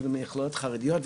אפילו ממכללות חרדיות,